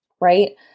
right